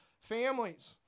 families